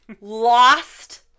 Lost